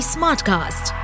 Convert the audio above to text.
Smartcast